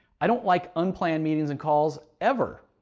i don't like unplanned meetings and calls. ever.